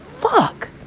Fuck